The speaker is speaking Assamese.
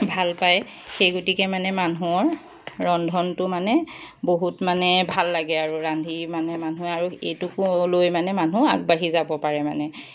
ভাল পায় সেই গতিকে মানে মানুহৰ ৰন্ধনটো মানে বহুত মানে ভাল লাগে আৰু ৰান্ধি মানে মানুহে আৰু এইটো লৈ মানে মানুহ আগবাঢ়ি যাব পাৰে মানে